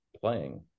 playing